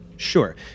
Sure